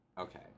okay